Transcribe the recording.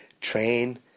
train